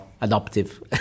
adoptive